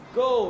go